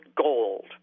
gold